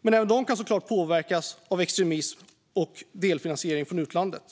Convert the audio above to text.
men även de kan såklart påverkas av extremism och få delfinansiering från utlandet.